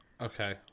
Okay